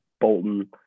Bolton